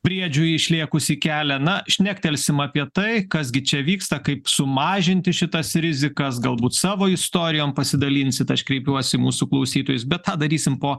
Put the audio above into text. briedžiui išlėkus į kelią na šnektelsim apie tai kas gi čia vyksta kaip sumažinti šitas rizikas galbūt savo istorijom pasidalinsit aš kreipiuosi mūsų klausytojus bet tą darysim po